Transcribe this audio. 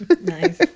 Nice